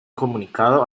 comunicado